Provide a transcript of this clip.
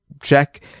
check